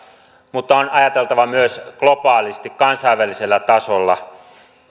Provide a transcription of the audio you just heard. mutta on ajateltava myös globaalisti kansainvälisellä tasolla